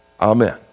Amen